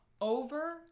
Over